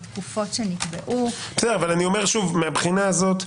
התקופות שנקבעו --- מהבחינה הזו,